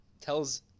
tells